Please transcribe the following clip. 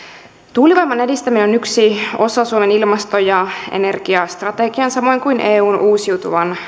tuulivoiman edistäminen on yksi osa suomen ilmasto ja energiastrategiaa samoin kuin eun uusiutuvan